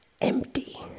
empty